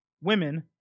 women